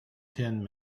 ten